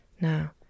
now